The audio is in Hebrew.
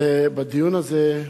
ובדיון הזה,